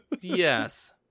Yes